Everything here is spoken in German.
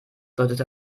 deutete